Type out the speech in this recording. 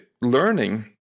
learning